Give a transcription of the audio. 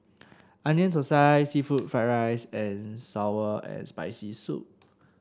Onion Thosai seafood Fried Rice and sour and Spicy Soup